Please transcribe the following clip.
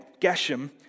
Geshem